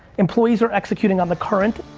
employees are executing on the current,